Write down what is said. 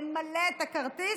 למלא את הכרטיס,